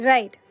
Right